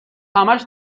همش